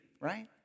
right